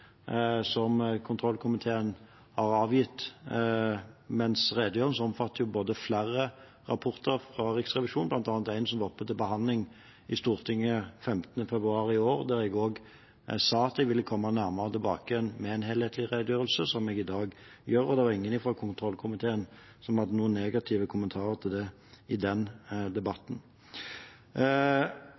som kontroll- og konstitusjonskomiteen har behandlet, for redegjørelsen omfatter jo flere rapporter fra Riksrevisjonen, bl.a. en som var oppe til behandling i Stortinget den 5. februar i år, der jeg sa at jeg ville komme tilbake med en helhetlig redegjørelse, noe jeg har gjort i dag. Det var ingen fra kontroll- og konstitusjonskomiteen som hadde negative kommentarer til det i den debatten.